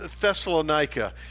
Thessalonica